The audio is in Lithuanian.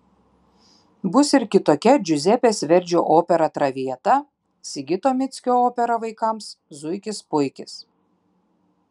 bus ir kitokia džiuzepės verdžio opera traviata sigito mickio opera vaikams zuikis puikis